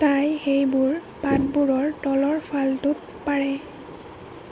তাই সেইবোৰ পাতবোৰৰ তলৰফালটোত পাৰে